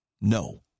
no